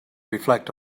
reflect